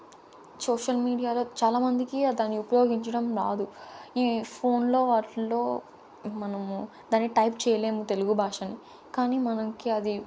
social మీడియాలో చాలామందికి దాన్ని ఉపయోగించడం రాదు ఈ ఫోన్లో వాటిల్లో మనము దాన్ని టైప్ చేయలేము తెలుగు భాషని కానీ మనంకి అది